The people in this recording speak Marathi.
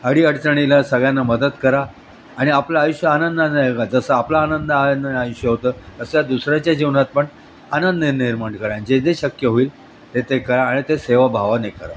अडीअडचणीला सगळ्यांना मदत करा आणि आपलं आयुष्य आनंदानं जगा जसं आपला आनंद आ आयुष्य होतं तसं दुसऱ्याच्या जीवनात पण आनंद निर्माण करा जे जे शक्य होईल ते ते करा आणि ते सेवाभावाने करा